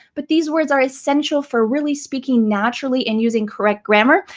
but these words are essential for really speaking naturally, and using correct grammar.